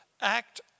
act